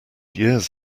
years